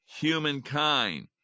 humankind